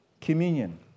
communion